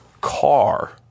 car